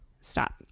Stop